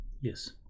Yes